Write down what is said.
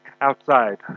outside